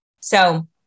So-